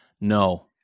no